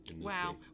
Wow